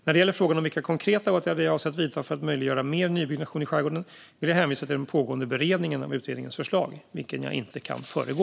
När det gäller frågan om vilka konkreta åtgärder jag avser att vidta för att möjliggöra mer nybyggnation i skärgården vill jag hänvisa till den pågående beredningen av utredningens förslag, vilken jag inte kan föregå.